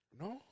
No